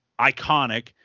iconic